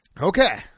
Okay